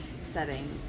setting